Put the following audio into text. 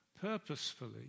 purposefully